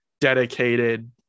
dedicated